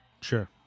Sure